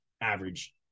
average